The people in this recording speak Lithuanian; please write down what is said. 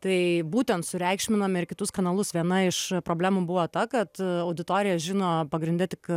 tai būtent sureikšminam ir kitus kanalus viena iš problemų buvo ta kad auditorija žino pagrinde tik